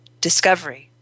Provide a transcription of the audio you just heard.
discovery